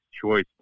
choice